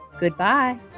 goodbye